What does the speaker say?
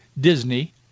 Disney